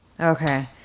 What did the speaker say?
okay